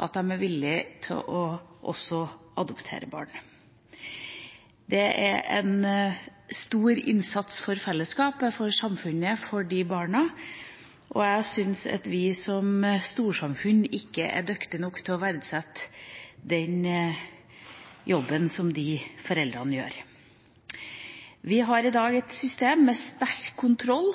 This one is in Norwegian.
at de er villige til også å adoptere barn. Det er en stor innsats for fellesskapet, for samfunnet, for de barna, og jeg syns at vi som storsamfunn ikke er dyktig nok til å verdsette den jobben som de foreldrene gjør. Vi har i dag et system med sterk kontroll